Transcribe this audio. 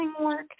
work